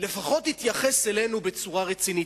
לפחות יתייחס אלינו בצורה רצינית,